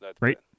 Right